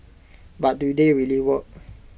but do they really work